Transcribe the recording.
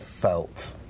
felt